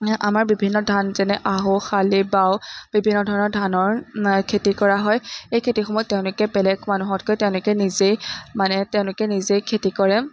আমাৰ বিভিন্ন ধান যেনে আহু শালি বাও বিভিন্ন ধৰণৰ ধানৰ খেতি কৰা হয় এই খেতিসমূহত তেওঁলোকে বেলেগ মানুহতকৈ তেওঁলোকে নিজেই মানে তেওঁলোকে নিজেই খেতি কৰে